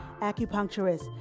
acupuncturist